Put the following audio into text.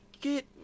get